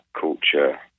culture